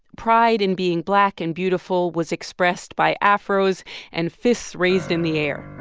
pride in being black and beautiful was expressed by afros and fists raised in the air.